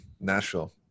Nashville